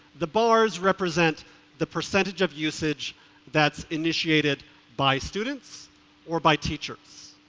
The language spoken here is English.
the bars represent the percentage of usage that's initiated by students or by teachers.